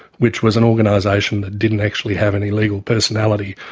which was an organisation that didn't actually have any legal personality.